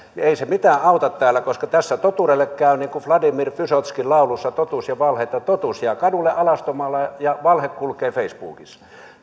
ei se mitään auta täällä koska tässä totuudelle käy niin kuin vladimir vysotskin laulussa totuus ja valhe että totuus jää kadulle alastomana ja valhe kulkee facebookissa